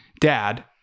dad